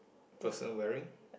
person wearing